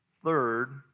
Third